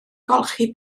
golchi